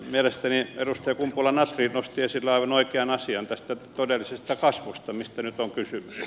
mielestäni edustaja kumpula natri nosti esille aivan oikean asian tästä todellisesta kasvusta josta nyt on kysymys